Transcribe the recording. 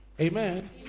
Amen